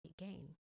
again